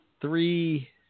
three